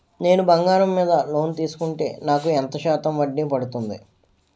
నేను బంగారం మీద లోన్ తీసుకుంటే నాకు ఎంత శాతం వడ్డీ పడుతుంది?